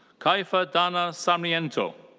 kaifa dana sarmiento.